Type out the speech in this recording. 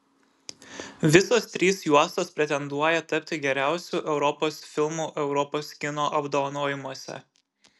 visos trys juostos pretenduoja tapti geriausiu europos filmu europos kino apdovanojimuose